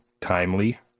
timely